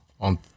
on